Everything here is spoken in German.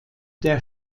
der